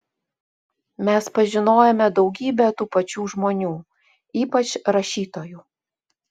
mes pažinojome daugybę tų pačių žmonių ypač rašytojų